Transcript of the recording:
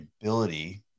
ability